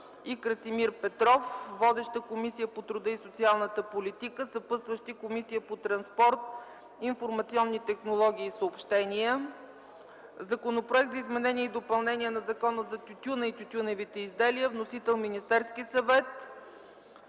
и Красимир Петров. Водеща е Комисията по труда и социалната политика, съпътстваща е Комисията по транспорт, информационни технологии и съобщения. Законопроект за изменение и допълнение на Закона за тютюна и тютюневите изделия. Вносител: Министерският съвет.